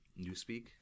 newspeak